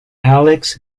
alex